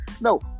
No